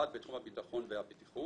אחת בתחום הביטחון והבטיחות